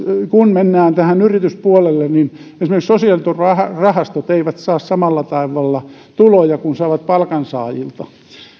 kun mennään tähän yrityspuolelle niin esimerkiksi sosiaaliturvarahastot eivät saa samalla tavalla tuloja yrittäjiltä kuin saavat palkansaajilta